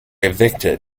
evicted